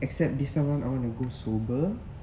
except this time I wanna go sober